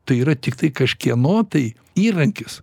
tai yra tiktai kažkieno tai įrankis